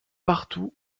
partout